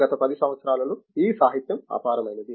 గత 10 సంవత్సరాలలో ఈ సాహిత్యం అపారమైనది